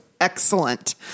excellent